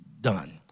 done